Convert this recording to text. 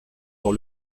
dans